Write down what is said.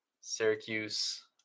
Syracuse